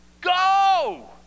Go